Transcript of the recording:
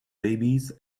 babies